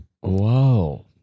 Whoa